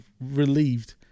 relieved